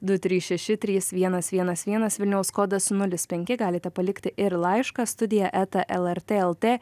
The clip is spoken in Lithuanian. du trys šeši trys vienas vienas vienas vilniaus kodas nulis penki galite palikti ir laišką studija eta lrt lt